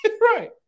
Right